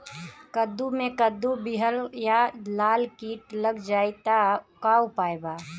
कद्दू मे कद्दू विहल या लाल कीट लग जाइ त का उपाय बा?